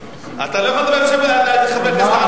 אתה לא יכול לדבר על חברי הכנסת הערבים.